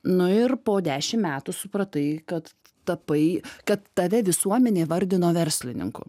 nu ir po dešim metų supratai kad tapai kad tave visuomenė įvardino verslininku